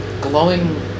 glowing